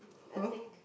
I think